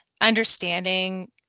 understanding